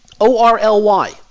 O-R-L-Y